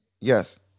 Yes